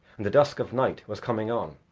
and the dusk of night was coming on.